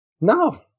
no